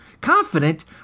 Confident